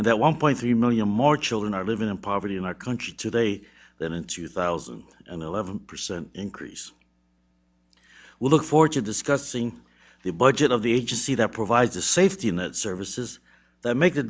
and that one point three million more children are living in poverty in our country today than in two thousand and eleven percent increase we'll look forward to discussing the budget of the agency that provides a safety net services that make a